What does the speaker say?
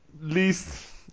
least